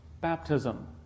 baptism